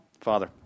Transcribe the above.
Father